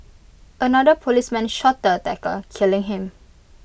another policeman shot the attacker killing him